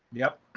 yep.